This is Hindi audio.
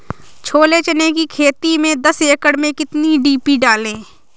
छोले चने की खेती में दस एकड़ में कितनी डी.पी डालें?